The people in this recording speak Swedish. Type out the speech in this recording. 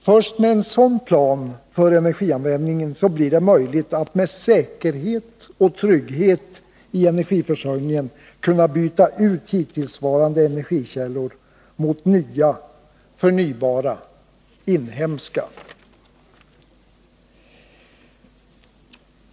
Först med en sådan plan för energianvändningen blir det möjligt att med säkerhet och trygghet i energiförsörjningen kunna byta ut hittillsvarande energikällor mot nya, förnybara, inhemska.